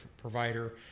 provider